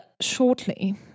shortly